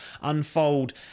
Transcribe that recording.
Unfold